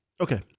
Okay